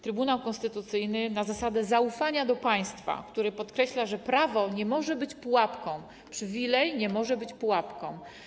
Trybunał Konstytucyjny powołuje się na zasadę zaufania do państwa, podkreśla, że prawo nie może być pułapką, przywilej nie może być pułapką.